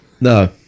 No